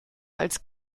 als